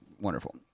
wonderful